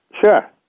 Sure